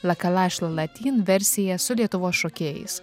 lakalašlalatin versiją su lietuvos šokėjais